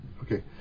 Okay